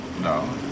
No